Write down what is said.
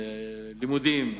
לימודים,